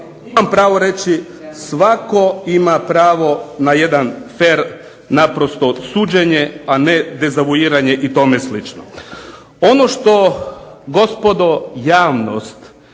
Imam pravo reći, svako ima pravo na jedan fer naprosto od suđenje, a ne dezavuiranje i tome slično. Ono što gospodo javnost